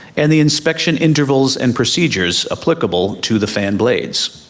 and the inspection intervals and procedures applicable to the fan blades.